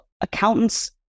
accountants